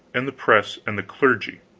and the press and the clergy,